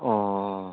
অঁ